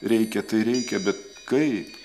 reikia tai reikia bet kaip